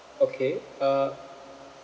okay uh